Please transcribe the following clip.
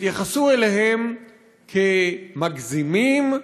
והתייחסו אליהם כאל מגזימים,